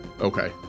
Okay